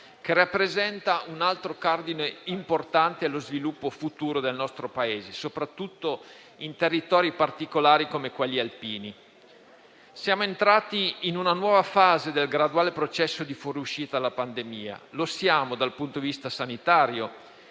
che rappresenta un altro cardine importante per lo sviluppo futuro del nostro Paese, soprattutto in territori particolari come quelli alpini. Siamo entrati in una nuova fase del graduale processo di fuoriuscita dalla pandemia: lo siamo dal punto di vista sanitario